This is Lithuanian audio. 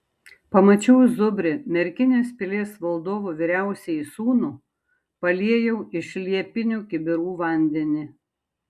pamačiau zubrį merkinės pilies valdovo vyriausiąjį sūnų paliejau iš liepinių kibirų vandenį